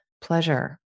pleasure